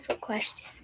question